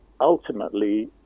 ultimately